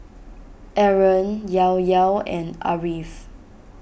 Aaron Yahya and Ariff